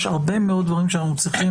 יש הרבה מאוד דברים שאנחנו צריכים